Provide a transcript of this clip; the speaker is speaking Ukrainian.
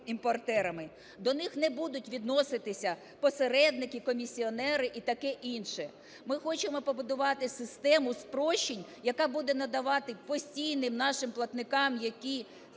До них не будуть відноситися посередники, комісіонери і таке інше. Ми хочемо побудувати систему спрощень, яка буде надавати постійним нашим платникам, які